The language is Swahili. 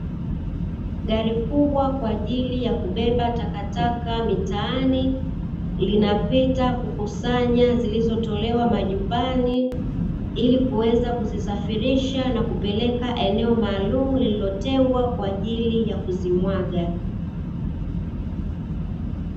Gari kubwa kwa ajili ya kubeba takataka mitaani, linapita kukusanya zilizotolewa majumbani, ili kuweza kuzisafirisha na kupeleka eneo maalumu lililotengwa kwa ajili ya kuzimwaga.